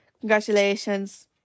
congratulations